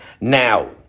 Now